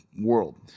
world